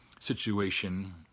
Situation